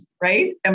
right